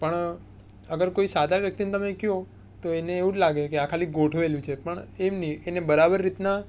પણ અગર કોઈ સાદા વ્યક્તિને તમે કહો તો એને એવું લાગે કે આ ખાલી ગોઠવેલું છે પણ એમને બરાબર રીતના